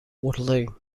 waterloo